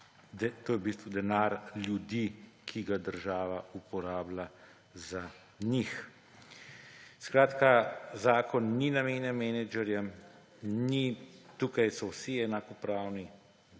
bistvu denar ljudi, ki ga država uporablja za njih. Skratka, zakon ni namenjen menedžerjem, tukaj so vsi enakopravni